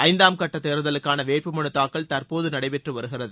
ஐந்தாம் கட்ட தேர்தலுக்கான வேட்பு மனு தாக்கல் தற்போது நடைபெற்று வருகிறது